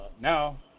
Now